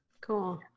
Cool